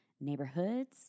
neighborhoods